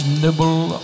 nibble